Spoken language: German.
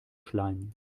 schleim